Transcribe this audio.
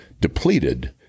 depleted